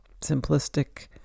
simplistic